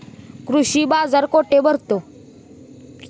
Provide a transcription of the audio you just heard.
कृषी बाजार कुठे भरतो?